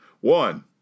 One